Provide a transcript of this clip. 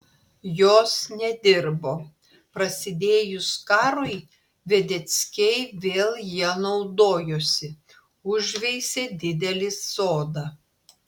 jos nedirbo prasidėjus karui vedeckiai vėl ja naudojosi užveisė didelį sodą